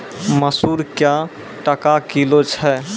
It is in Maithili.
मसूर क्या टका किलो छ?